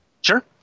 sure